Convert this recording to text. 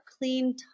clean